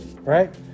right